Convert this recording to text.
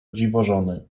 dziwożony